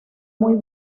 muy